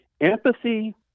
Empathy